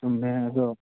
ꯆꯨꯝꯃꯦ ꯑꯗꯣ